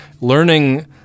learning